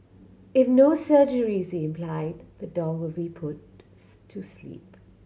if no surgery is implied the dog will be put to sleep